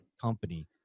company